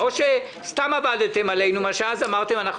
או שסתם עבדתם עלינו כאשר אז אמרתם: "אנחנו